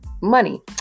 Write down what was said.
money